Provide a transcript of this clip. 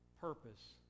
purpose